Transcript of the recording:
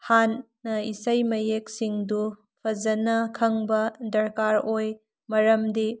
ꯍꯥꯟꯅ ꯏꯁꯩ ꯃꯌꯦꯛꯁꯤꯡꯗꯨ ꯐꯖꯅ ꯈꯪꯕ ꯗ꯭ꯔꯀꯥꯔ ꯑꯣꯏ ꯃꯔꯝꯗꯤ